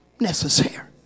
necessary